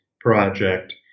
project